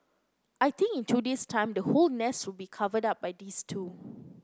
I think in two days time the whole nest will be covered up by these two